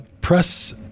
press